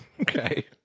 okay